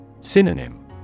Synonym